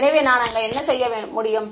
எனவே நான் அங்கு என்ன செய்ய முடியும்